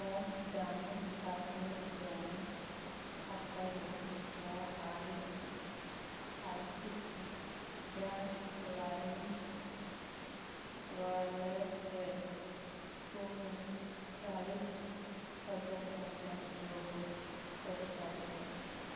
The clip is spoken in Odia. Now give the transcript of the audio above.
ମୋ ଜାମ୍ମୁ କାଶ୍ମୀର ବ୍ୟାଙ୍କ୍ ଖାତାରୁ ମୋ ଆଲ୍ ଆଲକିସ୍ ବ୍ୟାଙ୍କ୍ ଲାଇମ୍ ୱାଲେଟ୍ରେ ତୁମେ ଚାଳିଶି ହଜାର ଟଙ୍କା ଯୋଗ କରିପାରିବ